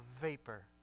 vapor